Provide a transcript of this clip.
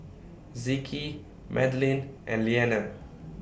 Zeke Madelene and Leaner